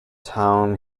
town